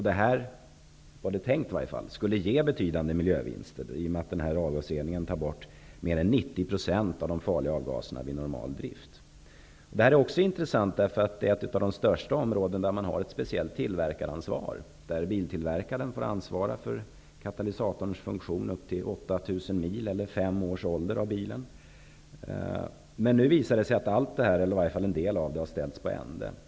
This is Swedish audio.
Det var tänkt att detta skulle ge betydande miljövinster i och med att denna avgasrening tar bort mer än Detta är intressant också därför att det är ett av de största områdena där man har ett speciellt tillverkaransvar, där biltillverkaren får ansvara för katalysatorns funktion upp till 8 000 mil eller till dess bilen är fem år gammal. Men nu visar det sig att i varje fall en del av det här har drivits till sin ände.